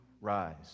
rise